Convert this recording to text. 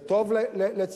זה טוב לצה"ל,